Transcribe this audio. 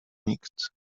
nikt